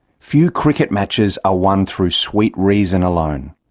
few cricket matches are won through sweet reason alone.